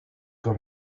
got